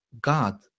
God